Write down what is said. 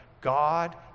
God